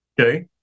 Okay